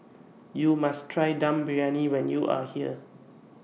YOU must Try Dum Briyani when YOU Are here